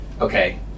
Okay